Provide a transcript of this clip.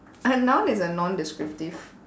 a noun is a non descriptive